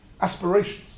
aspirations